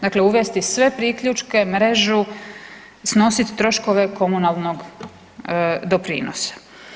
Dakle, uvesti sve priključke, mrežu, snositi troškove komunalnog doprinosa.